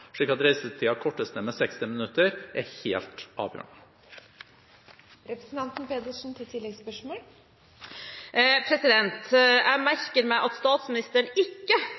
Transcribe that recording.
slik at reisetiden kortes ned med 60 minutter, er helt avgjørende. Jeg merker meg at statsministeren ikke